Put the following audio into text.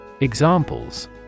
Examples